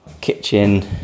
kitchen